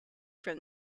from